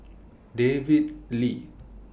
David Lee